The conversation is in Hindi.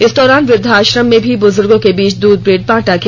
इस दौार वृध्दाश्रम में भी बुजुर्गों के बीच दूध ब्रेड बांटा गया